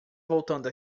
voltando